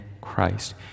Christ